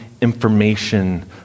information